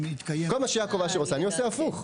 כל מה שיעקב אשר עושה, אני עושה הפוך.